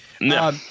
No